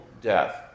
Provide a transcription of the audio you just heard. death